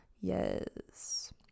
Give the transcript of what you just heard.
Yes